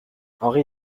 henri